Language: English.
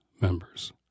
members